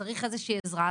שצריך איזושהי עזרה,